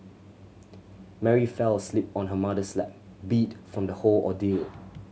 Mary fell asleep on her mother's lap beat from the whole ordeal